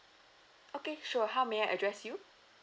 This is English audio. okay sure how may I address you